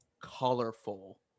colorful